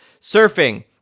Surfing